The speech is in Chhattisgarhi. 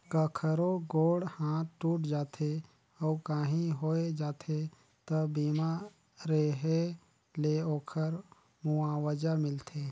कखरो गोड़ हाथ टूट जाथे अउ काही होय जाथे त बीमा रेहे ले ओखर मुआवजा मिलथे